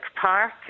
park